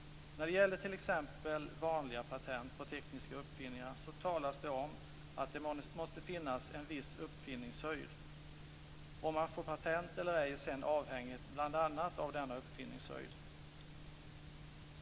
När det gäller vanliga patent på t.ex. tekniska uppfinningar talas det om att det måste finnas en viss uppfinningshöjd. Om man får patent eller ej är sedan avhängigt bl.a. av denna uppfinningshöjd.